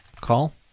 call